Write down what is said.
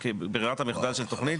ברירת המחדל של תוכנית,